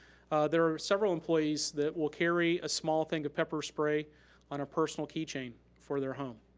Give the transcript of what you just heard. there are several employees that will carry a small thing of pepper spray on a personal key chain for their home.